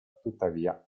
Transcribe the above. tuttavia